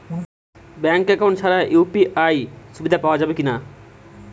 Bank account ছাড়া UPI সুবিধা পাওয়া যাবে কি না?